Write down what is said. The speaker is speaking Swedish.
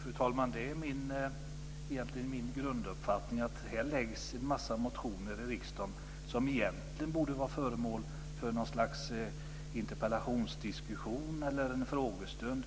Fru talman! Det är egentligen min grunduppfattning att det väcks en mängd motioner i riksdagen som egentligen borde vara föremål för något slags interpellationsdiskussion eller frågestund.